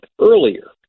earlier